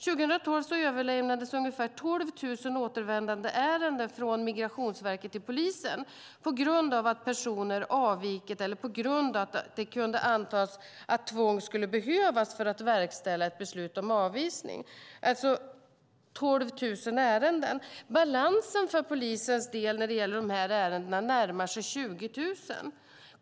År 2012 överlämnades ungefär 12 000 återvändandeärenden från Migrationsverket till polisen på grund av att personer avvikit eller på grund av att det kunde antas att tvång skulle behövas för att verkställa ett beslut om avvisning - 12 000 ärenden. Balansen för polisens del när det gäller de här ärendena närmar sig 20 000.